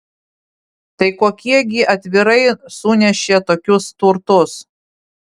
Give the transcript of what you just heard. tai kokie gi aitvarai sunešė tokius turtus